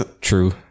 True